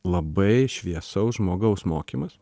labai šviesaus žmogaus mokymas